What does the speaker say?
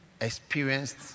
experienced